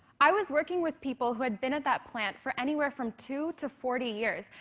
i was working with people who had been at that plant for anywhere from two to forty years,